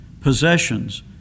possessions